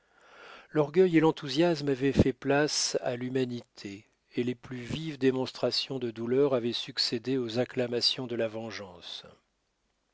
l'orgueil et l'enthousiasme avaient fait place à l'humanité et les plus vives démonstrations de douleur avaient succédé aux acclamations de la vengeance